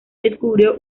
descubrió